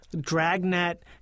dragnet